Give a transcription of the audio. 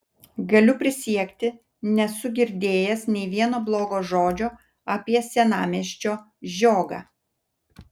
galiu prisiekti nesu girdėjęs nei vieno blogo žodžio apie senamiesčio žiogą